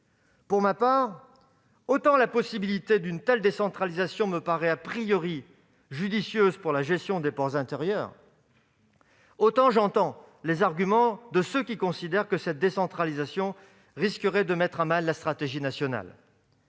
Pour ma part, autant la possibilité d'une telle décentralisation me semble judicieuse pour la gestion des ports intérieurs, autant j'entends les arguments de ceux qui considèrent que cette décentralisation risquerait de mettre à mal la stratégie nationale.